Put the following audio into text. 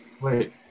Wait